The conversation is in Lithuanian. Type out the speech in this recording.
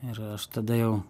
ir aš tada jau